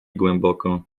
głęboko